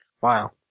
Wow